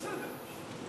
בסדר.